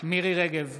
מירי מרים רגב,